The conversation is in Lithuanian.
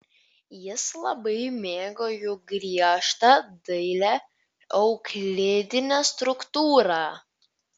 jis labai mėgo jų griežtą dailią euklidinę struktūrą